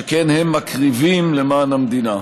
שכן הם מקריבים למען המדינה.